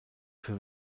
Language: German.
für